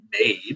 made